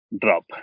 drop